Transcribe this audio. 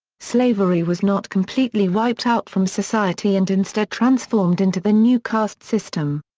slavery was not completely wiped out from society and instead transformed into the new caste system.